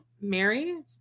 Mary